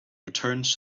returns